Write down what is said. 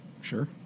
Sure